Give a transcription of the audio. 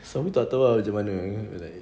so aku tak tahu ah macam mana like